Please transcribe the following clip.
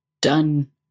done